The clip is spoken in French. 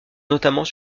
notamment